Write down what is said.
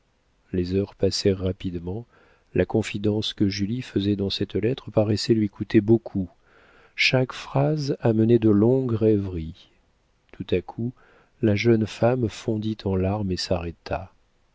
les heures passèrent rapidement la confidence que julie faisait dans cette lettre paraissait lui coûter beaucoup chaque phrase amenait de longues rêveries tout à coup la jeune femme fondit en larmes et s'arrêta